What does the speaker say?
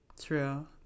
true